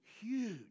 huge